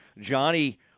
Johnny –